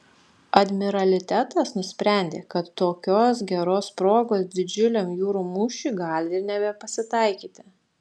admiralitetas nusprendė kad tokios geros progos didžiuliam jūrų mūšiui gali ir nebepasitaikyti